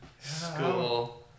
School